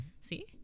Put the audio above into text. See